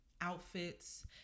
outfits